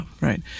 Right